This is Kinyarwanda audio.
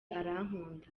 arankunda